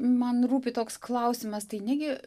man rūpi toks klausimas tai negi